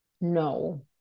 No